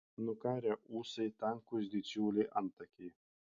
nukarę ūsai tankūs didžiuliai antakiai